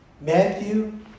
Matthew